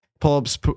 pull-ups